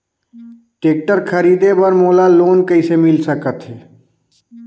Tractor खरीदे बर मोला लोन कइसे मिल सकथे?